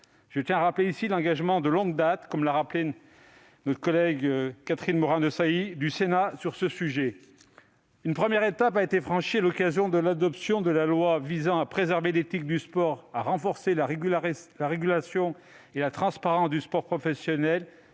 Je tiens à rappeler ici l'engagement de longue date, comme l'a souligné notre collègue Catherine Morin-Desailly, du Sénat sur ce sujet. Une première étape a été franchie à l'occasion de l'adoption de la loi du 1 mars 2017 visant à préserver l'éthique du sport, à renforcer la régulation et la transparence du sport professionnel